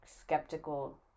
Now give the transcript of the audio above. skeptical